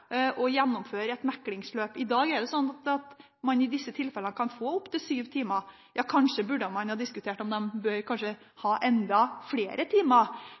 å gjennomføre et meklingsløp. I dag kan man i disse tilfellene få opptil syv timer. Kanskje burde man ha diskutert om de burde ha enda flere timer,